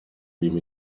dream